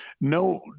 no